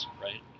right